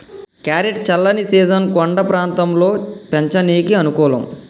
carrot చల్లని season కొండ ప్రాంతంలో పెంచనీకి అనుకూలం